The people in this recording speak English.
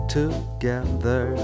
together